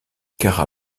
cara